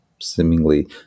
seemingly